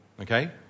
Okay